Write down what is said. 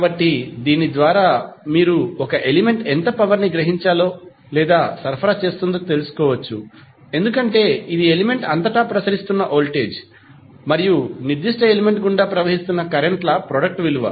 కాబట్టి దీని ద్వారా మీరు ఒక ఎలిమెంట్ ఎంత పవర్ ని గ్రహించాలో లేదా సరఫరా చేస్తుందో తెలుసుకోవచ్చు ఎందుకంటే ఇది ఎలిమెంట్ అంతటా ప్రసరిస్తున్న వోల్టేజ్ మరియు నిర్దిష్ట ఎలిమెంట్ గుండా ప్రవహిస్తున్న కరెంట్ ల ప్రొడక్ట్ విలువ